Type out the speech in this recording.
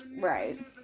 Right